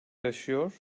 yaşıyor